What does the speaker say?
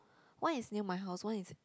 one is near my house one is